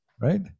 right